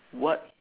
what